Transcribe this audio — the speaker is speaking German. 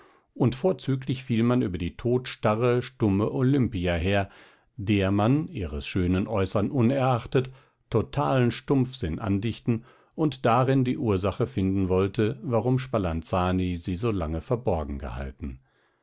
und vorzüglich fiel man über die todstarre stumme olimpia her der man ihres schönen äußern unerachtet totalen stumpfsinn andichten und darin die ursache finden wollte warum spalanzani sie so lange verborgen gehalten